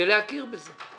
ולהכיר בזה.